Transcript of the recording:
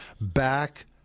back